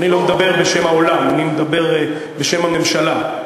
אני לא מדבר בשם העולם, אני מדבר בשם הממשלה.